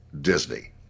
disney